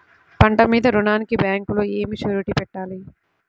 పంట మీద రుణానికి బ్యాంకులో ఏమి షూరిటీ పెట్టాలి?